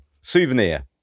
souvenir